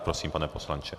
Prosím, pane poslanče.